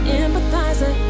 empathizer